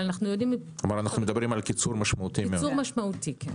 אבל הקיצור יהיה משמעותי.